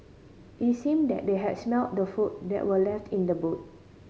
it seemed that they had smelt the food that were left in the boot